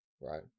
right